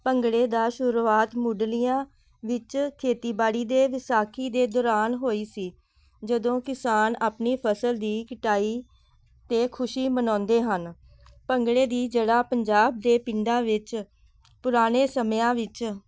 ਭੰਗੜੇ ਦਾ ਸ਼ੁਰੂਆਤ ਮੁੱਢਲੀਆਂ ਵਿੱਚ ਖੇਤੀਬਾੜੀ ਦੇ ਵਿਸਾਖੀ ਦੇ ਦੌਰਾਨ ਹੋਈ ਸੀ ਜਦੋਂ ਕਿਸਾਨ ਆਪਣੀ ਫਸਲ ਦੀ ਕਟਾਈ 'ਤੇ ਖੁਸ਼ੀ ਮਨਾਉਂਦੇ ਹਨ ਭੰਗੜੇ ਦੀ ਜੜ੍ਹਾਂ ਪੰਜਾਬ ਦੇ ਪਿੰਡਾਂ ਵਿੱਚ ਪੁਰਾਣੇ ਸਮਿਆਂ ਵਿੱਚ